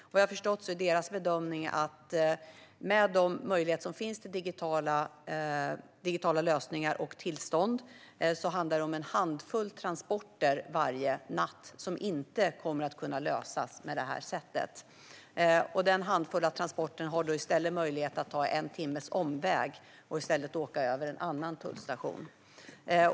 Vad jag har förstått är deras bedömning att det med de möjligheter som finns, med digitala lösningar och tillstånd, handlar om en handfull transporter varje natt där det inte kommer att kunna lösas på det sättet. Den handfulla mängden transporter har i stället möjlighet att ta en timmes omväg och åka över en annan tullstation.